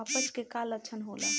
अपच के का लक्षण होला?